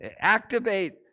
activate